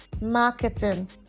marketing